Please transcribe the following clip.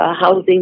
housing